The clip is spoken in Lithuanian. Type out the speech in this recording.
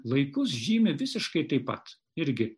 laikus žymi visiškai taip pat irgi